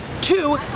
Two